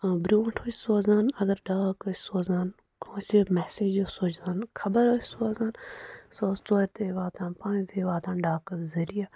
آ برٛونٛٹھ ٲسۍ سوزان اَگر ڈاک ٲسۍ سوزان کٲنٛسہِ میسیج ٲسۍ سوزان خَبَر ٲسۍ سوزان سُہ ٲس ژورِِ دۅہۍ واتان پانٛژِ دۅہۍ واتان ڈاکہٕ ذٔریعہِ